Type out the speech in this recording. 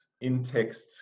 in-text